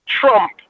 Trump